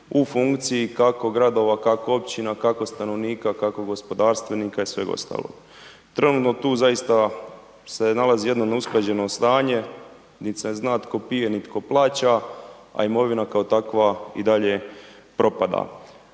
u funkciji kako gradova, kako općina, kako stanovnika, kako gospodarstvenika i sveg ostalog. Trenutno tu zaista se nalazi jedno neusklađeno stanje, nit se zna tko pije, ni tko plaća, a imovina kao takva i dalje propada.